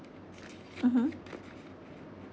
mmhmm